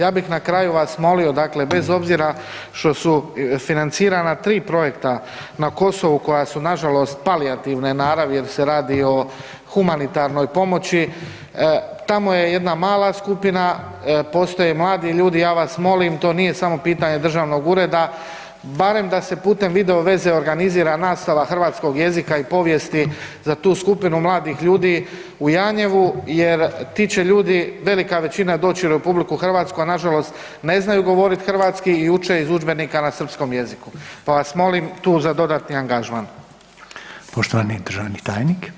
Ja bih na kraju vas molio dakle bez obzira što su financirana tri projekta na Kosovu koja su nažalost palijativne naravi jer se radi o humanitarnoj pomoći, tamo je jedna mala skupina, postoje mladi ljudi i ja vas molim to nije samo pitanje državnog ureda, barem da se putem videoveze organizira nastava hrvatskog jezika i povijesti za tu skupinu mladih ljudi u Janjevu jer ti će ljudi, velika većina doći u RH, a nažalost ne znaju govoriti hrvatski i uče iz udžbenika na srpskom jeziku, pa vas molim tu za dodatni angažman.